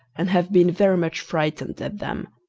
and have been very much frightened at them.